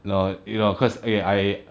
no no cause okay I